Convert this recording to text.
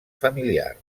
familiar